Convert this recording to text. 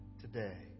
today